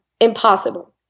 impossible